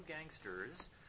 gangsters